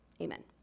Amen